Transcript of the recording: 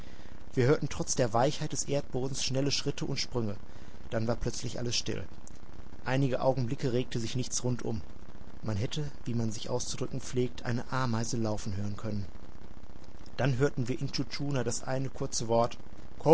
wir hörten trotz der weichheit des erdbodens schnelle schritte und sprünge dann war plötzlich alles still einige augenblicke regte sich nichts rundum man hätte wie man sich auszudrücken pflegt eine ameise laufen hören können dann hörten wir intschu tschuna das eine kurze wort